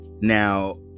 Now